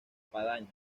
espadaña